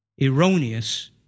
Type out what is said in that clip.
erroneous